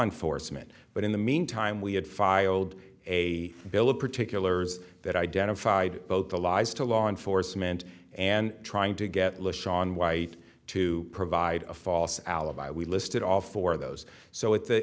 enforcement but in the meantime we had filed a bill of particulars that identified both allies to law enforcement and trying to get le sean white to provide a false alibi we listed all four of those so